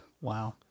Wow